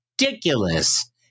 ridiculous